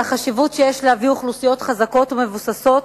על כך שחשוב להביא אוכלוסיות חזקות ומבוססות